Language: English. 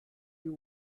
you